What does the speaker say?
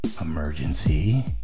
emergency